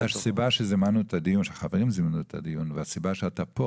הסיבה שהחברים זימנו את הדיון והסיבה שאתה פה